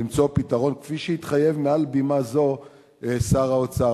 למצוא פתרון כפי שהתחייב מעל בימה זו שר האוצר.